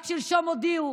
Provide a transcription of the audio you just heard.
רק שלשום הודיעו